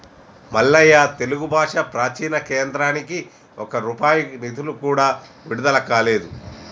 మల్లయ్య తెలుగు భాష ప్రాచీన కేంద్రానికి ఒక్క రూపాయి నిధులు కూడా విడుదల కాలేదు